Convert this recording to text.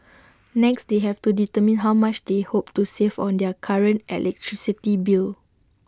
next they have to determine how much they hope to save on their current electricity bill